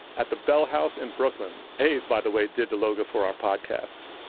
at the bell house in brooklyn. haze, by the way, did the logo for our podcast.